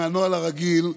מהנוהל הרגיל,